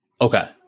Okay